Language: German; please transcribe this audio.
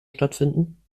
stattfinden